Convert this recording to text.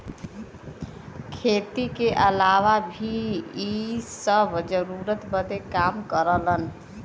खेती के अलावा भी इ सब जरूरत बदे काम करलन